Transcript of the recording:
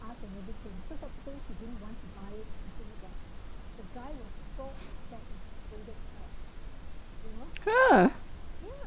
!huh!